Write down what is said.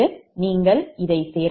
நீங்கள் இதைச் சேர்த்தால் அது 𝑗 0